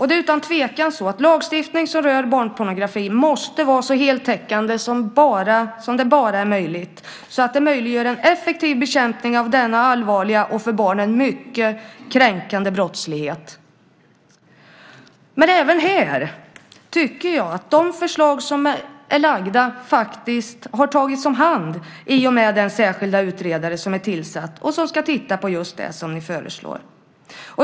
Det är utan tvivel så att lagstiftning som rör barnpornografi måste vara så heltäckande som det bara är möjligt. Det kan möjliggöra en effektiv bekämpning av denna allvarliga och för barnen mycket kränkande brottslighet. Men även här tycker jag att framlagda förslag har tagits om hand i och med att en särskild utredare har tillsatts. Utredaren ska titta på just det ni föreslår.